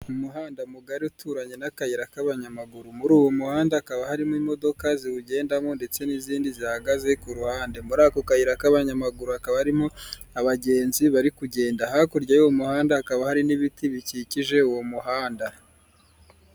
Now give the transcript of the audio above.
Umuhanda mugari uturanye n'akayira k'abanyamaguru muri uwo muhanda, hakaba harimo imodoka ziwugendamo ndetse n'izindi zihagaze ku ruhande, muri ako kayira k'abanyamaguru hakaba harimo abagenzi bari kugenda, hakurya y'uwo muhanda hakaba hari n'ibiti bikikije uwo muhanda.